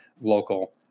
local